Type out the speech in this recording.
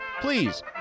Please